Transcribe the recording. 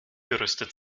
gerüstet